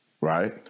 Right